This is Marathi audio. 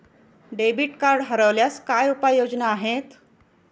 डेबिट कार्ड हरवल्यास काय उपाय योजना आहेत?